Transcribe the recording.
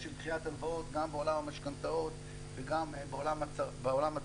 של דחיית הלוואות גם בעולם המשכנתאות וגם בעולם הצרכני.